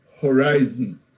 horizon